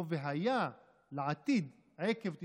פה והיה, לעתיד, "עקב תשמעון".